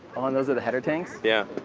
aw and those are the header tanks? yeah.